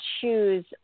choose